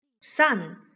sun